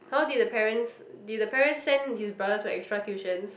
how did the parents did the parents send his brother to extra tuitions